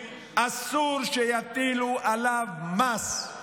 אסור שיטילו עליו מס.